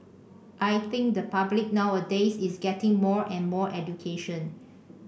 I think the public nowadays is getting more and more education